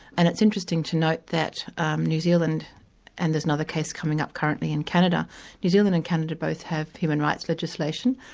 and it's interesting to note that um new zealand and there's another case coming up currently in canada new zealand and canada both have human rights legislation,